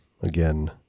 again